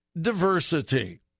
Diversity